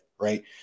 Right